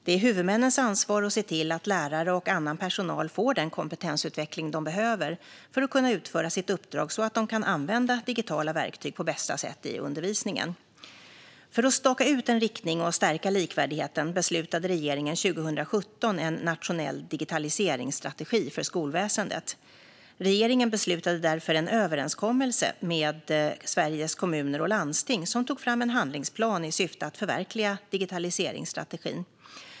Det är huvudmännens ansvar att se till att lärare och annan personal får den kompetensutveckling de behöver för att kunna utföra sitt uppdrag så att de kan använda digitala verktyg på bästa sätt i undervisningen. För att staka ut en riktning och stärka likvärdigheten beslutade regeringen 2017 om en nationell digitaliseringsstrategi för skolväsendet. Regeringen slöt därefter en överenskommelse med Sveriges Kommuner och Landsting som tog fram en handlingsplan i syfte att förverkliga digitaliseringsstrategin.